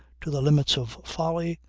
to the limits of folly,